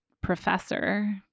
professor